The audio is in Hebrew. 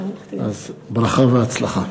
אז ברכה והצלחה.